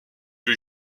que